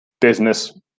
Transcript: business